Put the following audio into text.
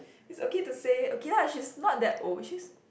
it's okay to say okay lah she's not that old she's